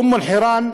אום-אלחיראן,